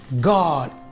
god